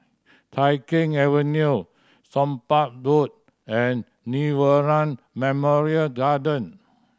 Tai Keng Avenue Somapah Road and Nirvana Memorial Garden